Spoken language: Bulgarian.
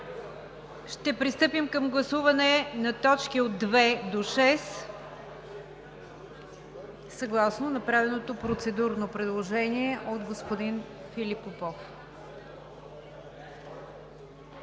Пристъпваме към гласуване на точки от две до шест, съгласно направеното процедурно предложение от господин Филип Попов.